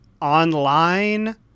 Online